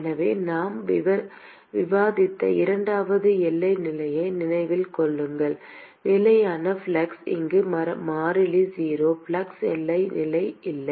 எனவே நாம் விவாதித்த இரண்டாவது எல்லை நிலையை நினைவில் கொள்ளுங்கள் நிலையான ஃப்ளக்ஸ் இங்கு மாறிலி 0 ஃப்ளக்ஸ் எல்லை நிலை இல்லை